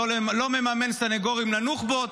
לא נממן סנגוריות לנוח'בות,